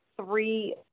three